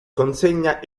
consegna